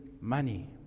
money